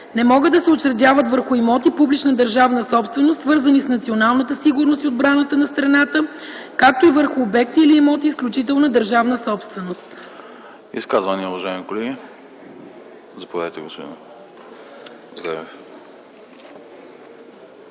не могат да се учредяват върху имоти – публична държавна собственост, свързани с националната сигурност и отбраната на страната, както и върху обекти или имоти – изключителна държавна собственост.”